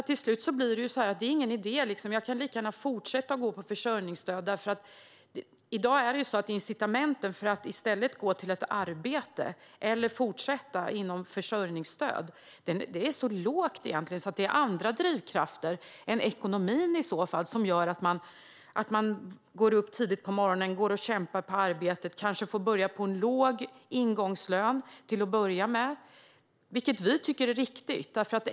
Till slut tycker man att man lika gärna kan fortsätta att gå på försörjningsstöd, för incitamentet i dag för att gå från försörjningsstöd till arbete är så lågt att det i så fall är andra drivkrafter än ekonomin som gör att man går upp tidigt på morgonen, går och kämpar på ett arbete, kanske får börja med en låg ingångslön, vilket vi tycker är riktigt.